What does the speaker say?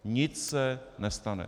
Nic se nestane!